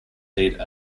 heat